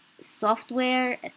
software